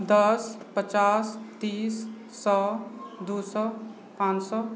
दस पचास तीस सए दू सए पाँच सए